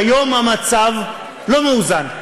כיום המצב לא מאוזן,